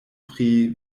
pri